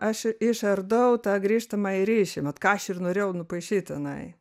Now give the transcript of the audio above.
aš išardau tą grįžtamąjį ryšį ką aš ir norėjau nupaišyt tenai